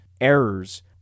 errors